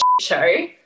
show